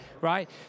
right